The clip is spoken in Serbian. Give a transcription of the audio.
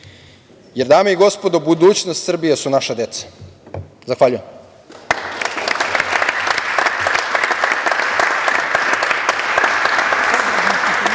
pobedama. Dame i gospodo, budućnost Srbije su naša deca. Zahvaljujem.